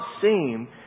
seem